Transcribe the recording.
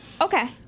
okay